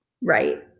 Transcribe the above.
right